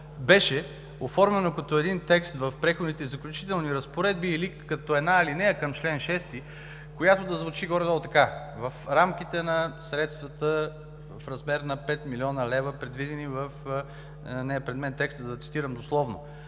беше оформено като един текст в Преходните и заключителни разпоредби или като една алинея към чл. 6, която да звучи горе-долу така: в рамките на средствата в размер на 5 млн. лв., предвидени в… Не е пред мен текстът, за да цитирам дословно,